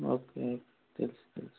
okay తెలుసు తెలుసు